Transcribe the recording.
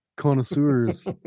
Connoisseurs